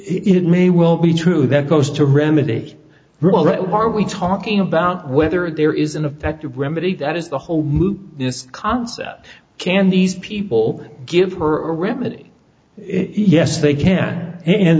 it may well be true that goes to remedy the rule that are we talking about whether there is an effective remedy that is the whole concept can these people give her a remedy yes they can and